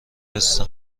هستم